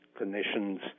Clinicians